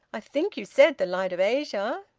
i think you said the light of asia?